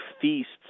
feasts